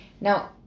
Now